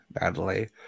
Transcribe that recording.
Natalie